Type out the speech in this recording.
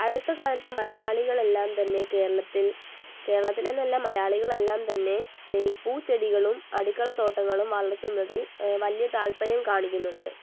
അടുത്തകാലത്ത് മലയാളികളെല്ലാം തന്നെ കേരളത്തിൽ കേരളത്തിലെന്നല്ല മലയാളികളെല്ലാം തന്നെ ഈ പൂച്ചെടികളും അടുക്കളത്തോട്ടങ്ങളും വളർത്തുന്നതിൽ വലിയ താല്പര്യം കാണിക്കുന്നുണ്ട്